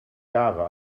jahre